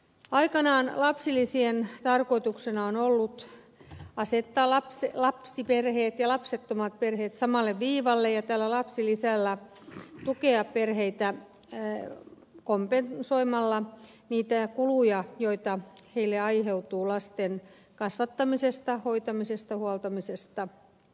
aikanaan lapsilisien tarkoituksena on ollut asettaa lapsiperheet ja lapsettomat perheet samalle viivalle ja tällä lapsilisällä tukea perheitä kompensoimalla niitä kuluja joita niille aiheutuu lasten kasvattamisesta hoitamisesta huoltamisesta